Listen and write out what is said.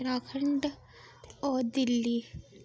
उत्तराखण्ड ते होर दिल्ली